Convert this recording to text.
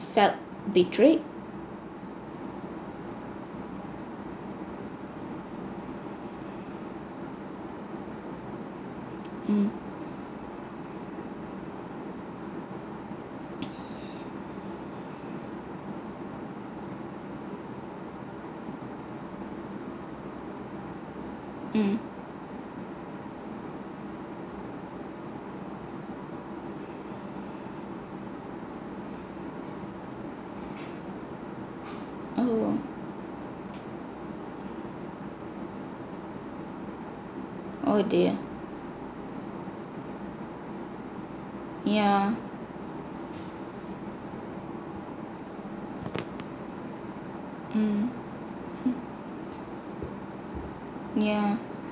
felt betrayed mm mm oh oh dear yeah mm uh yeah